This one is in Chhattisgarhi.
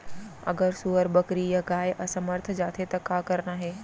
अगर सुअर, बकरी या गाय असमर्थ जाथे ता का करना हे?